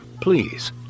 Please